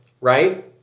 right